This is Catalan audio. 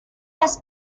les